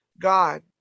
god